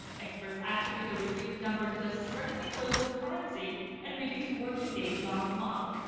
experts attribute the reduced number to the strengthening local currency and reduced working days last month.